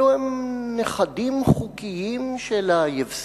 אלו הם נכדים חוקיים של היבסקציה,